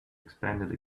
expanded